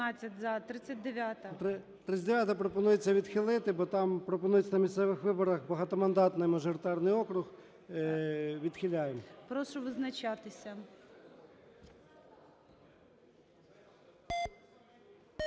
39-а – пропонується відхилити. Бо там пропонується "на місцевих виборах в багатомандатний мажоритарний округ". Відхиляємо. ГОЛОВУЮЧИЙ. Прошу визначатися.